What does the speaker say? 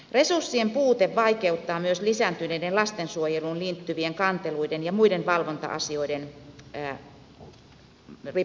resurssien puute vaikeuttaa myös lisääntyneiden lastensuojeluun liittyvien kanteluiden ja muiden valvonta asioiden ripeää käsittelyä